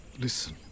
listen